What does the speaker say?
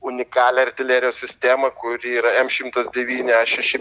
unikalią artilerijos sistemą kuri yra em šimtas devyni e šeši